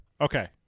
Okay